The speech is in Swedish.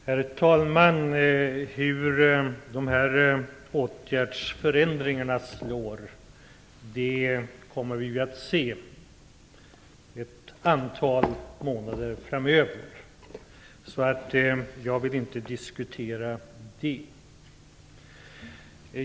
Herr talman! Vi kommer ju att se hur dessa åtgärdsförändringar slår ett antal månader framöver. Så jag vill inte diskutera det.